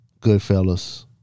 Goodfellas